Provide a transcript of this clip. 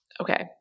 Okay